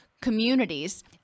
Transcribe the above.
communities